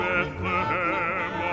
Bethlehem